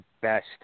best